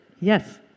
Yes